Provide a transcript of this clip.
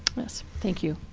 yes, thank you.